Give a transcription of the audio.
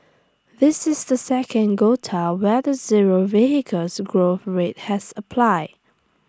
this is the second quota where the zero vehicles growth rate has applied